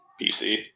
PC